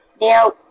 Now